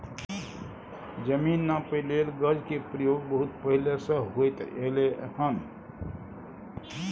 जमीन नापइ लेल गज के प्रयोग बहुत पहले से होइत एलै हन